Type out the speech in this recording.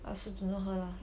I also don't know her lah